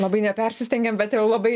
labai nepersistengiam bet jau labai